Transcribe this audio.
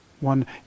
one